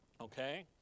Okay